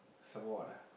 some more what ah